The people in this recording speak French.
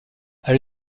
elle